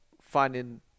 finding